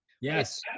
yes